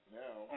now